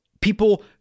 People